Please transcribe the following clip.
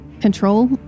control